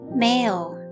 male